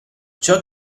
ciò